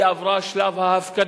היא עברה את שלב ההפקדה,